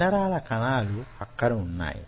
కండరాల కణాలు అక్కడ వున్నాయి